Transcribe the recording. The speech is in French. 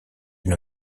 une